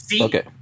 okay